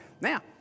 Now